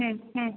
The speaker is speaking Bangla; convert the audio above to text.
হুম হুম